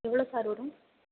எவ்வளோ சார் வரும்